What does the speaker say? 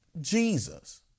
Jesus